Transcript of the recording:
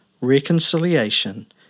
reconciliation